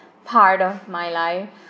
part of my life